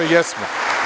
Jesmo.